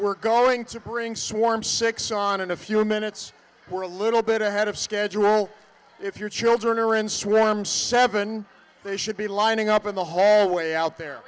we're going to bring swarm six on in a few minutes we're a little bit ahead of schedule if your children are in swim seven they should be lining up in the hall way out there